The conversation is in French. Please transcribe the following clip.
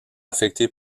affectée